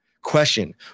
question